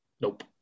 nope